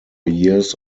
years